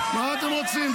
מה אתם רוצים?